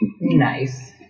Nice